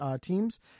teams